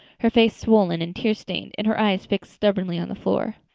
her face swollen and tear-stained and her eyes fixed stubbornly on the floor.